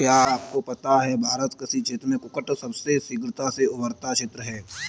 क्या आपको पता है भारत कृषि क्षेत्र में कुक्कुट सबसे शीघ्रता से उभरता क्षेत्र है?